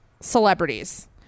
celebrities